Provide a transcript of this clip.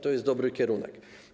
To jest dobry kierunek.